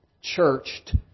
churched